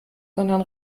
sondern